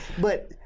but-